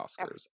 Oscars